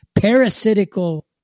parasitical